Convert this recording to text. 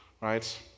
right